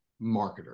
marketer